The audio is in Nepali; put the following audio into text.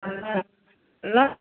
अँ ल ल